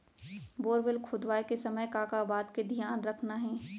Borewell खोदवाए के समय का का बात के धियान रखना हे?